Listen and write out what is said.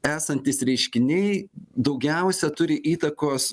esantys reiškiniai daugiausia turi įtakos